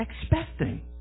expecting